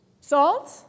Salt